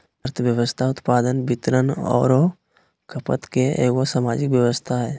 अर्थव्यवस्था उत्पादन, वितरण औरो खपत के एगो सामाजिक व्यवस्था हइ